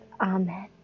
Amen